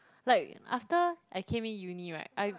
like after I came in uni right I